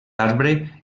arbre